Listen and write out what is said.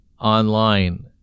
online